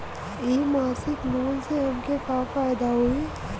इ मासिक लोन से हमके का फायदा होई?